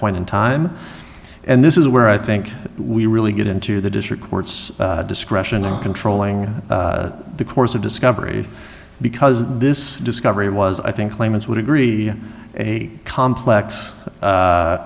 point in time and this is where i think we really get into the district court's discretion and controlling the course of discovery because this discovery was i think claimants would agree a complex